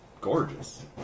gorgeous